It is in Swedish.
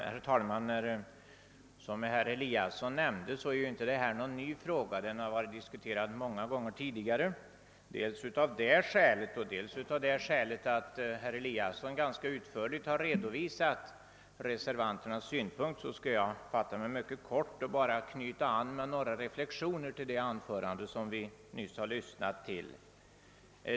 Herr talman! Som herr Eliasson i Sundborn nämnde är detta inte någon ny fråga. Den har diskuterats många gånger tidigare. Dels av det skälet, dels därför att herr Eliasson i Sundborn redan ganska utförligt har redovisat reservanternas synpunkter skall jag nu fatta mig kort och bara knyta an några reflexioner till det anförande som vi nyss har lyssnat till.